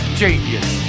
genius